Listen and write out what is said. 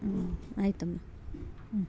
ಹ್ಞೂ ಆಯ್ತಮ್ಮ ಹ್ಞೂ